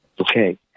Okay